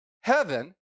heaven